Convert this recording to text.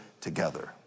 together